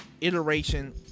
iteration